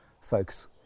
folks